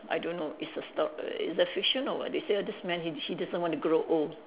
I don't know it's a store it's a fiction or what they say this man he he doesn't want to grow old